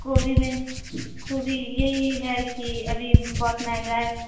गोभी में गोभी यही है की अभी बहुत महँगा है